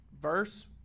verse